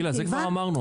גילה, את זה כבר אמרנו.